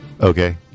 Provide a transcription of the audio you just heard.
Okay